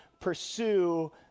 pursue